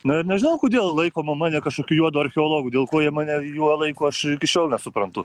na ir nežinau kodėl laikoma mane kažkokiu juodu archeologu dėl ko jie mane juo laiko aš iki šiol nesuprantu